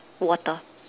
water